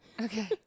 Okay